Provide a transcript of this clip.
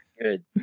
Good